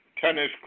Tennis